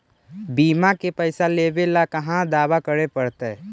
बिमा के पैसा लेबे ल कहा दावा करे पड़तै?